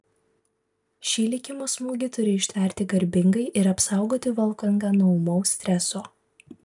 šį likimo smūgį turi ištverti garbingai ir apsaugoti volfgangą nuo ūmaus streso